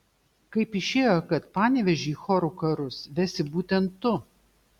kaip išėjo kad panevėžį į chorų karus vesi būtent tu